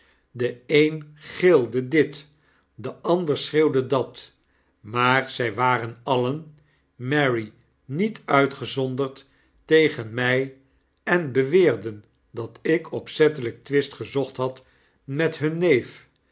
de een gilde dit de ander schreeuwde dat maar zy waren alien mary niet uitgezonderd tegen my en beweerden dat ik opzettelijk twist gezocht had met hun neef